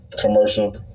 Commercial